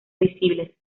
visibles